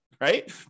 right